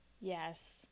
Yes